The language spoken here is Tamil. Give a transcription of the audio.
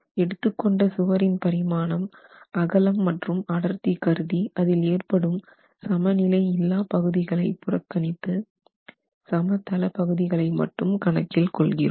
எடுத்துக்கொண்ட சுவரின் பரிமாணம் அகலம் மற்றும் அடர்த்தி கருதி அதில் ஏற்படும் சமநிலை இல்லா பகுதிகளை புறக்கணித்து சமதள பகுதிகளை மட்டும் கணக்கில் கொள்கிறோம்